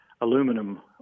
aluminum